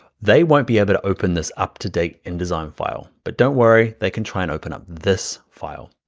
they won't be able to open this up-to-date indesign file. but don't worry, they can try and open up this file.